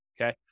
okay